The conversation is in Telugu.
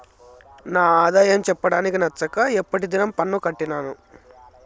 నా ఆదాయం చెప్పడానికి నచ్చక ఎప్పటి దినం పన్ను కట్టినాను